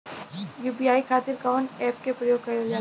UPI खातीर कवन ऐपके प्रयोग कइलजाला?